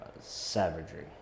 savagery